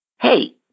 Hey